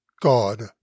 God